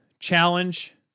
challenge